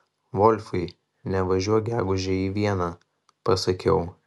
volfai nevažiuok gegužę į vieną pasakiau